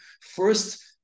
First